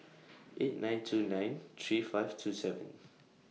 eight nine two nine three five two seven